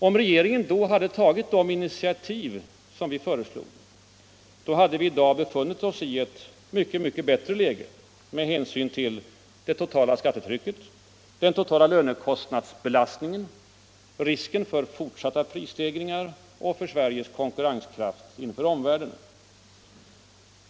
Om regeringen då hade tagit de initiativ som vi föreslog, hade läget i dag varit väsentligt mycket bättre med hänsyn till det totala skattetrycket, den totala lönekostnadsbelastningen, risken för fortsatta prisstegringar och Sveriges konkurrenskraft inför omvärlden.